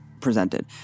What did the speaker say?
presented